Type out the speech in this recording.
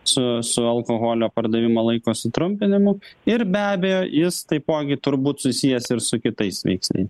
su su alkoholio pardavimo laiko sutrumpinimu ir be abejo jis taipogi turbūt susijęs ir su kitais veiksniai